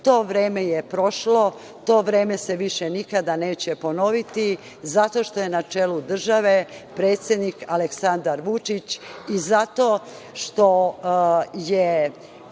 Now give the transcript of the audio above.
vreme je prošlo, to vreme se više nikada neće ponoviti zato što je na čelu države predsednik Aleksandar Vučić i zato što je